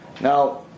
Now